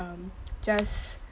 um just